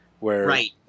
Right